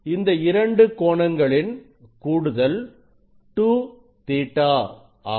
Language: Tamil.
இந்த இரண்டு கோணங்களின் கூடுதல் 2Ɵ ஆகும்